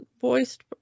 voiced